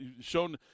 Shown